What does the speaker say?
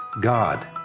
God